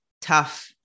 tough